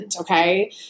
Okay